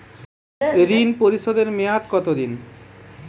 ঋণ পরিশোধের মেয়াদ কত দিন?